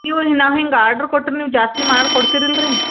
ನೀವು ನಾವು ಹಿಂಗೆ ಆರ್ಡ್ರು ಕೊಟ್ರೆ ನೀವು ಜಾಸ್ತಿ ಮಾಡಿ ಕೊಡ್ತಿರಾ ಇಲ್ರಿ